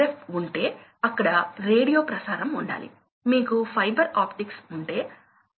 ఇది ప్రవాహాన్ని తగ్గించడం మాత్రమే కాదు ప్రెజర్ కూడా మరియు చాలా వేగంగా పడిపోతోంది కాబట్టి ఏమి జరుగుతుంది